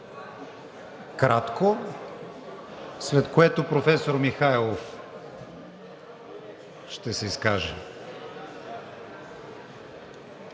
кратко, след което професор Михайлов ще се изкаже.